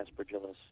Aspergillus